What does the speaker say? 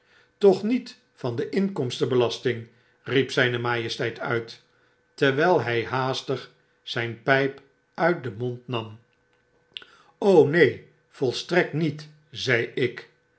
toch niet van de inkomsten belasting riep zyn majesteit uit terwyl hij haastig zyn pyp uit den mond nam neen volstrekt niet zei ik